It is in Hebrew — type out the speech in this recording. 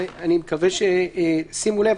שימו לב.